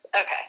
Okay